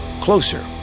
closer